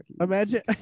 Imagine